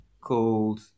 called